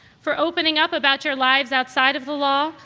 for opening up about your lives outside of the law,